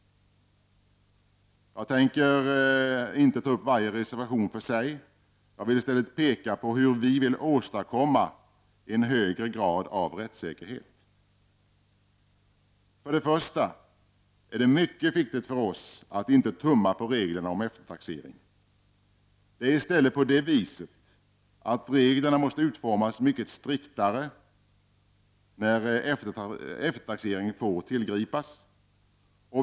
Jag tänker inte ta upp varje reservation för sig. I stället vill jag peka på hur vi vill åstadkomma en högre grad av rättssäkerhet. Det är mycket viktigt för oss att inte tumma på reglerna om eftertaxering. Det är i stället på det sättet att reglerna måste utformas mycket striktare i fråga om när eftertaxering får tillgripas.